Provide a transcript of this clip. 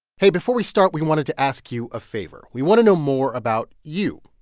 hey. before we start, we wanted to ask you a favor. we want to know more about you,